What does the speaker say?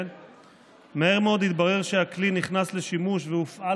מהר מאוד התברר שהכלי נכנס לשימוש והופעל